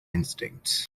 instincts